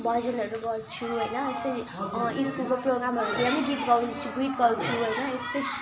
भजनहरू गाउँछु होइन स्कुलको प्रोग्रामहरूतिर पनि गीत गाउँछु गीत गाउँछु होइन यस्तै